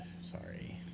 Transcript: Sorry